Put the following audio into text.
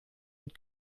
mit